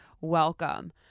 welcome